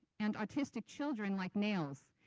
and autistic children like nails,